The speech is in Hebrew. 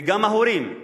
וגם ההורים,